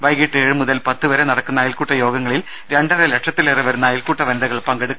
വൈകീട്ട് ഏഴ് മുതൽ പത്തുവരെ നടക്കുന്ന അയൽക്കൂട്ട യോഗങ്ങളിൽ രണ്ടരലക്ഷത്തിലേറെ വരുന്ന അയൽക്കൂട്ട വനി തകൾ പങ്കെടുക്കും